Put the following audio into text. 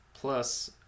plus